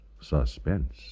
suspense